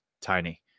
tiny